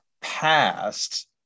past